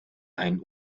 ein